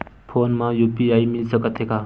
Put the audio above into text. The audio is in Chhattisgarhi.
फोन मा यू.पी.आई मिल सकत हे का?